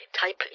Type